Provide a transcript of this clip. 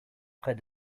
près